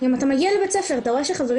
אתה מגיע לבית הספר ואם אתה רואה שחברים